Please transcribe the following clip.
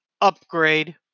upgrade